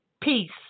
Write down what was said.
peace